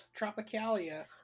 Tropicalia